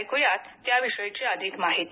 ऐकूया त्याविषयी अधिक माहिती